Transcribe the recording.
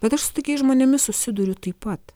bet aš su tokiais žmonėmis susiduriu taip pat